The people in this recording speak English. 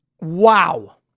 wow